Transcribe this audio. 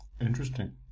Interesting